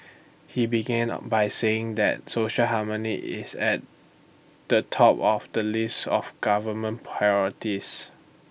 he began by saying that social harmony is at the top of the list of government priorities